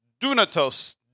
dunatos